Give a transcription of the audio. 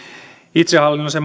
itsehallinnollisen